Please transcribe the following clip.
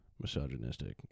misogynistic